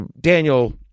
Daniel –